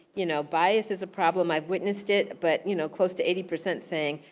you know bias is a problem, i've witnessed it. but you know close to eighty percent saying,